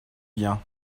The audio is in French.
bien